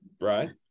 Right